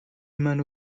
منو